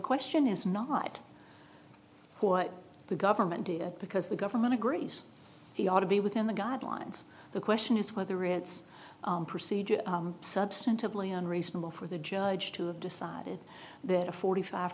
question is not what the government via because the government agrees he ought to be within the guidelines the question is whether it's procedure substantively unreasonable for the judge to have decided that a forty five